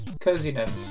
coziness